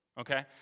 okay